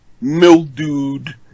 mildewed